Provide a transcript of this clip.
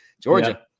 georgia